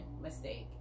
mistake